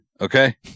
okay